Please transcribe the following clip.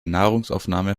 nahrungsaufnahme